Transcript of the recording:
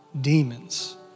demons